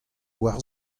war